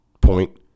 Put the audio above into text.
point